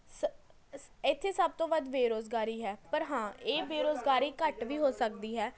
ਸ ਇੱਥੇ ਸਭ ਤੋਂ ਵੱਧ ਬੇਰੁਜ਼ਗਾਰੀ ਹੈ ਪਰ ਹਾਂ ਇਹ ਬੇਰੁਜ਼ਗਾਰੀ ਘੱਟ ਵੀ ਹੋ ਸਕਦੀ ਹੈ